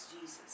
Jesus